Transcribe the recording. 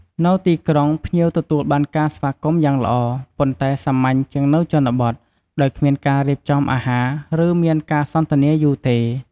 នៅទីក្រុង ភ្ញៀវទទួលបានការស្វាគមន៍យ៉ាងល្អ ប៉ុន្តែសាមញ្ញជាងនៅជនបទ ដោយគ្មានការរៀបចំអាហារ ឬមានការសន្ទនាយូរទេ។